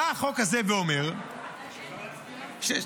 בא החוק הזה ואומר --- אפשר להצביע?